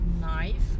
knife